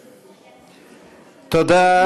תודה,